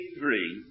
three